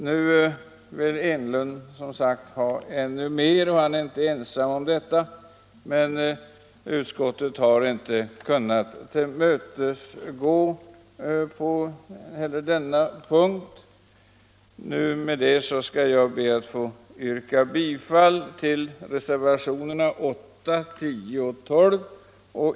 Nu vill herr Enlund ha ännu mer — han är inte ensam om detta — men utskottet har inte kunnat tillmötesgå önskemålet på denna punkt. Med detta skall jag be att få yrka bifall till reservationerna 8, 10 och 12.